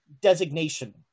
designation